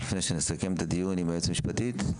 ב-PET-CT.